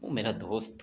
وہ میرا دوست